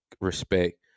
respect